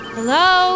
Hello